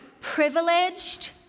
privileged